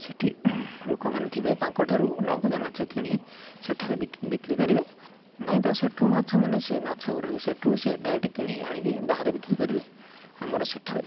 ସେଇଠି ଲୋକମାନେ ଥିବେ ତାଙ୍କଠାରୁ ନଗଦ ମାଛ କିଣି ସେଠାରେ ବିକ୍ରି ବିକ୍ରି କରିବେ ନାଇଁ ତ ସେଇଠୁ ମାଛ ମାନେ ସେ ମାଛ ଗୁଡ଼ାକୁ ସେଇଠୁ ସେ ଡାଇରେକ୍ଟ କିଣି ଆଣିକି ବାହାରେ ବିକ୍ରି କରିବେ ଆମର ସେଠାରେ